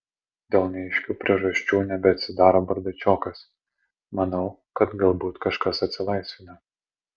dėl neaiškių priežasčių nebeatsidaro bardačiokas manau kad galbūt kažkas atsilaisvinę